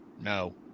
No